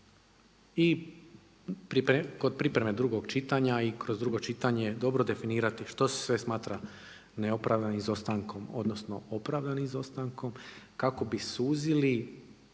i kod pripreme drugog čitanja i kroz drugo čitanje dobro definirati što se sve smatra neopravdanim izostankom odnosno opravdanim izostankom kako bi suzili